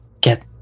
get